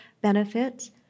benefits